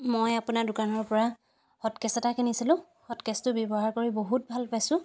মই আপোনাৰ দোকানৰ পৰা হট কেছ এটা কিনিছিলোঁ হট কেছটো ব্যৱহাৰ কৰি বহুত ভাল পাইছোঁ